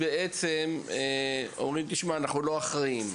מראש אתם אומרים שאתם לא אחראים,